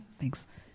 thanks